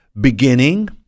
beginning